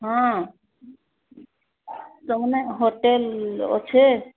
ହଁ ହୋଟେଲ୍ ଅଛି